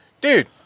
Dude